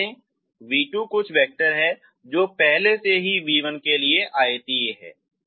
बता दें v2 कुछ वेक्टर है जो पहले से ही v1 के लिए आयतीय है